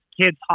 kids